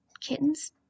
Kittens